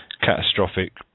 catastrophic